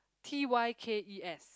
t_y_k_e_s